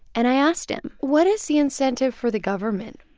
and i asked him what is the incentive for the government?